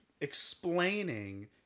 explaining